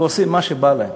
ועושים מה שבא להם.